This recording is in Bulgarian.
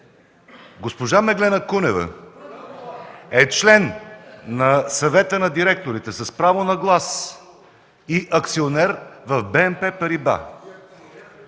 Госпожа Меглена Кунева е член на Съвета на директорите с право на глас и акционер в БНП „Париба”.